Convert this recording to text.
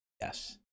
Yes